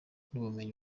n’ubumenyi